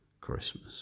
Christmas